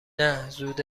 نه، زود